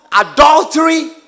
adultery